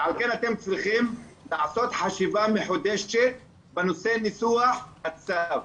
ולכן אתם צריכים לעשות חשיבה מחודשת בנושא ניסוח הצו.